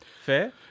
Fair